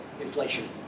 inflation